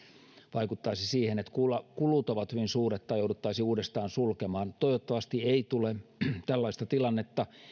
vaikuttaisi siihen että kulut kulut ovat hyvin suuret tai jouduttaisiin uudestaan sulkemaan toivottavasti ei tule tällaista tilannetta